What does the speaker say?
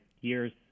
years